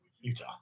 Utah